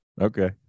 okay